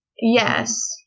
Yes